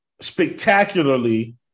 spectacularly